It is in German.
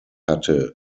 hatte